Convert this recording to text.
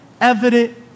evident